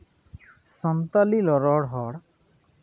ᱥᱟᱱᱛᱟᱲᱤ ᱨᱚᱨᱚᱲ ᱦᱚᱲ